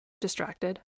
distracted